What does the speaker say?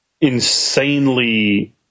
insanely